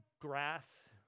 grass